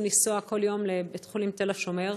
לנסוע כל יום לבית-חולים תל השומר.